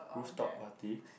rooftop party